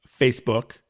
Facebook